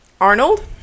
Arnold